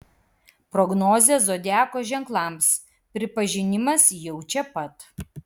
prognozė zodiako ženklams pripažinimas jau čia pat